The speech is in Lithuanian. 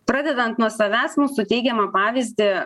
pradedant nuo savęs mūsų teigiamą pavyzdį